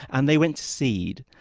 and they went to seed.